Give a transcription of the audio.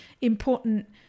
important